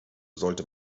sollte